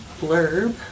blurb